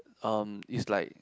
um is like